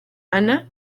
ana